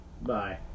bye